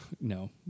No